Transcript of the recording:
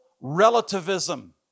relativism